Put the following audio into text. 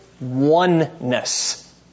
Oneness